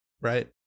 right